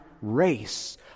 race